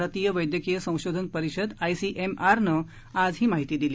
भारतीय वैद्यकीय संशोधन परिषद आयसीएमआर नं आज ही माहिती दिली